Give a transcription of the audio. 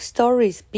Stories